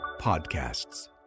Podcasts